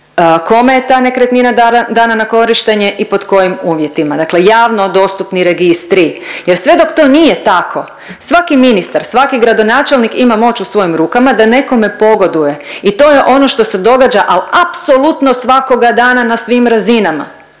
kome je ta nekretnina dana na korištenje i pod kojim uvjetima. Dakle, javno dostupni registri, jer sve dok to nije tako svaki ministar, svaki gradonačelnik ima moć u svojim rukama da nekom pogoduje i to je ono što se događa ali apsolutno svakoga dana na svim razinama